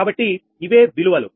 కాబట్టి ఇవే విలువలు